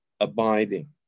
abiding